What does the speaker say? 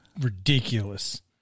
ridiculous